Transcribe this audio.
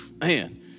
man